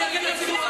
אני אגיד לציבור,